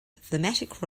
thematic